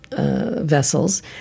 vessels